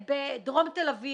בדרום תל אביב.